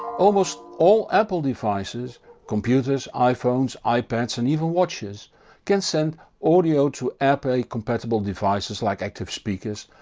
almost all apple devices computers, iphones, ipads and even watches can send audio to airplay compatible devices like active speakers,